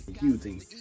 using